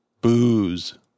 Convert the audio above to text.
booze